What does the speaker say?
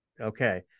Okay